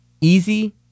easy